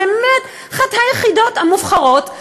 באמת אחת היחידות המובחרות.